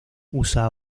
usa